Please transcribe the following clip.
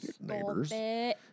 neighbors